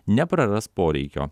nepraras poreikio